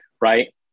Right